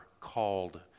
called